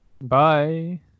Bye